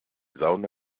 sauna